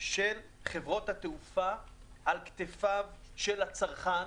של חברות התעופה על כתפי הצרכן,